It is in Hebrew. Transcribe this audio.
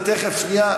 תכף, שנייה.